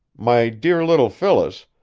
my dear little phyllis,